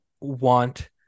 want